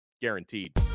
guaranteed